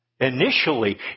initially